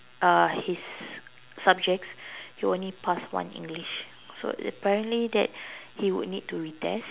uh his subjects he only pass one English so apparently that he would need to retest